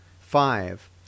five